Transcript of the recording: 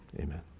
amen